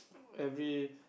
every